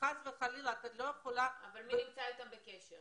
אלא מי נמצא איתם בקשר.